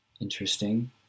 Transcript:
Interesting